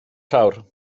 llawr